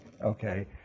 okay